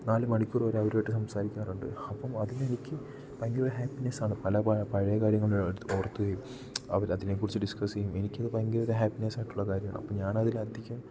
നാല് മണിക്കൂർ വരെ അവരുമായിട്ട് സംസാരിക്കാറുണ്ട് അപ്പം അതിൽ എനിക്ക് ഭയങ്കര ഹാപ്പിനെസ്സ് ആണ് പല പഴേ കാര്യങ്ങൾ ഓർത്തു അവർ അതിനെ കുറിച്ചു ഡിസ്കസ്സ് ചെയ്യും എനിക്ക് അ ത് ഭയങ്കര ഒരു ഹാപ്പിനെസ്സ് ആയിട്ടുള്ള കാര്യമാണ് അപ്പ ഞാൻ അതിൽ അധികം